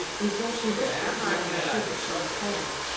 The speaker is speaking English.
before she wished it to be understood that she was stirring.